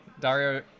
Dario